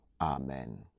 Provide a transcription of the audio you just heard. Amen